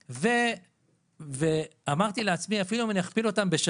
יישוב; ואמרתי לעצמי שאפילו אם אני אכפיל אותם פי